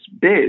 bid